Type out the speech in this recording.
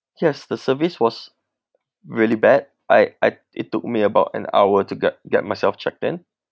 yes the service was really bad I I it took me about an hour to get get myself checked in